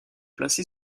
placé